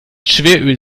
schweröl